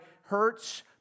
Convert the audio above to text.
hurts